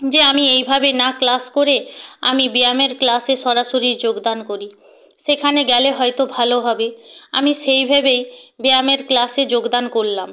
যে আমি এইভাবে না ক্লাস করে আমি ব্যায়ামের ক্লাসে সরাসরি যোগদান করি সেখানে গেলে হয়তো ভালো হবে আমি সেই ভেবেই ব্যায়ামের ক্লাসে যোগদান করলাম